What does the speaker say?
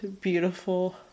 beautiful